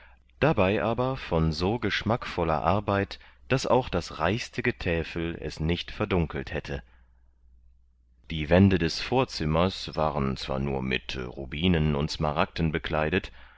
dabei aber von so geschmackvoller arbeit daß auch das reichste getäfel es nicht verdunkelt hätte die wände des vorzimmers waren zwar nur mit rubinen und smaragden bekleidet